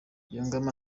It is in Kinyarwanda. yungamo